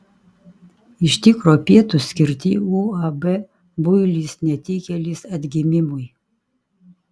iš tikro pietūs skirti uab builis netikėlis atgimimui